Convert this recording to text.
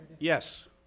Yes